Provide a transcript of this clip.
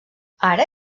ara